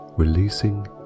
releasing